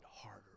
harder